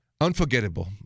Unforgettable